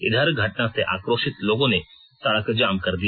इधर घटना से आक्रोशित लोगों ने सड़क जाम कर दिया